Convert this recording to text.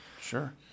Sure